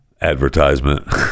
advertisement